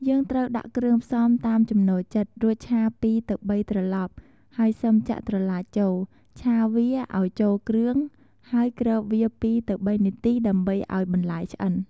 យើងត្រូវដាក់គ្រឿងផ្សំតាមចំនូលចិត្ត រួចឆា ២ ទៅ ៣ ត្រលប់ហើយសឹមចាក់ត្រឡាចចូល ឆាវាឱ្យចូលគ្រឿងហើយគ្របវា ២ទៅ៣ នាទីដើម្បីឱ្យបន្លែឆ្អិន។